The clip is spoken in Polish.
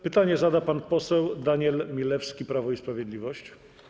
Pytanie zada pan poseł Daniel Milewski, Prawo i Sprawiedliwość.